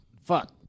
Fuck